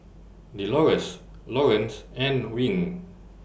Delores Laurence and Wing